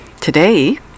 Today